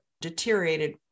deteriorated